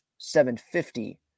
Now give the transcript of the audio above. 750